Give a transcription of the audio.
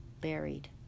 buried